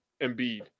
Embiid